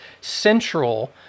central